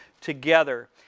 together